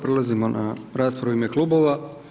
Prelazimo na raspravu u ime klubova.